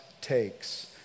takes